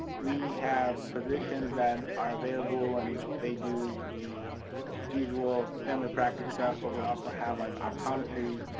we have physicians that are available and they do the usual family practice stuff. but we also have like optometry,